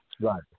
Right